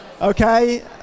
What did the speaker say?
Okay